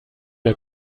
der